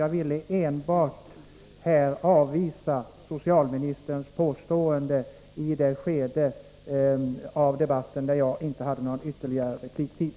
Jag ville alltså här enbart avvisa socialministerns påstående i det skede av debatten då jag inte hade någon ytterligare repliktid.